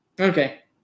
okay